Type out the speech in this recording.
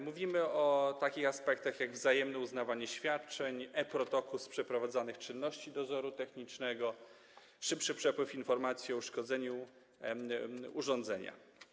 Mówimy o takich aspektach jak wzajemne uznawanie świadczeń, e-protokół z przeprowadzonych czynności dozoru technicznego, szybszy przepływ informacji o uszkodzeniu urządzenia.